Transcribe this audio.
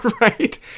right